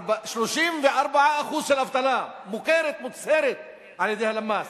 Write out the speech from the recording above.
34% של אבטלה מוכרת ומוצהרת על-ידי הלמ"ס.